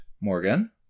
Morgan